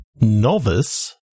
Novice